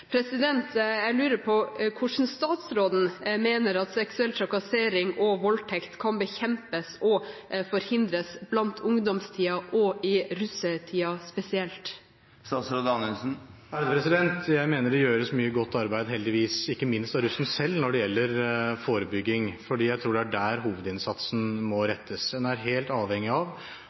Jeg lurer på hvordan statsråden mener at seksuell trakassering og voldtekt kan bekjempes og forhindres i ungdomstiden og i russetiden spesielt? Jeg mener det heldigvis gjøres mye godt arbeid, ikke minst av russen selv, når det gjelder forebygging. Jeg tror det er der hovedinnsatsen må rettes. En er helt avhengig av